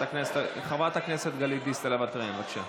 חברת הכנסת גלית דיסטל אטבריאן, בבקשה.